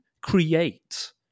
create